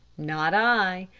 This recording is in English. not i.